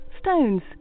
stones